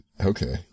okay